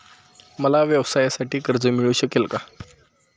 मला व्यवसायासाठी कर्ज मिळू शकेल का?